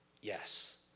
yes